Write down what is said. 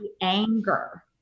anger